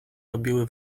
robiły